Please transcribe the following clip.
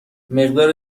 مقدار